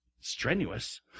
strenuous